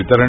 वितरण